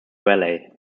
valley